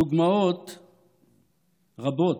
הדוגמאות רבות,